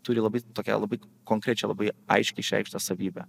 turi labai tokią labai konkrečią labai aiškiai išreikštą savybę